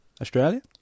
Australia